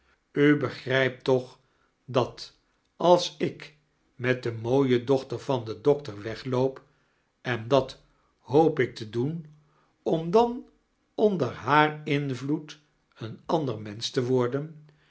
u begrijpt toch dat als ik met de mooie dochter van den doktea wegloop en dat hoop ik te doen om dan onder haar invloed een andecr mensich te worden